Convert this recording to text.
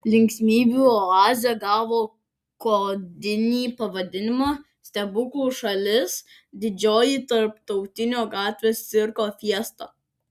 linksmybių oazė gavo kodinį pavadinimą stebuklų šalis didžioji tarptautinio gatvės cirko fiesta